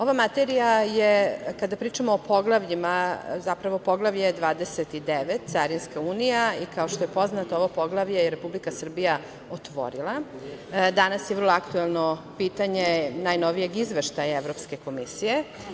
Ova materija je, kada pričamo o poglavljima, tj. Poglavlje 29 - Carinska unija i kao što je poznato, ovo poglavlje je Republika Srbija otvorila, danas je vrlo aktuelno pitanje najnovijih izveštaja Evropske komisije.